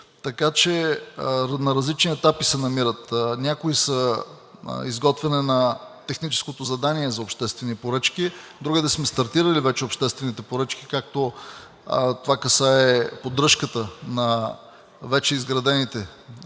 момента. На различни етапи се намират: някои – изготвяне на техническото задание за обществени поръчки, другаде сме стартирали вече обществените поръчки, както това касае поддръжката на вече изградените три